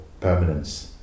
permanence